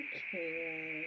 Okay